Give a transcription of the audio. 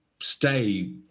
stay